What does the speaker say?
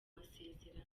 masezerano